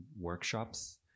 workshops